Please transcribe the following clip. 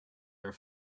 are